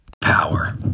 Power